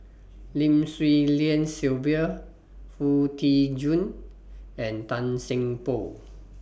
Lim Swee Lian Sylvia Foo Tee Jun and Tan Seng Poh